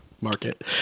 Market